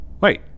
Wait